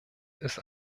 ist